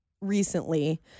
recently